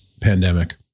pandemic